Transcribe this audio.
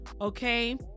okay